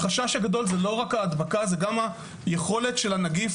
החשש הגדול הוא לא רק ההדבקה אלא היכולת של הנגיף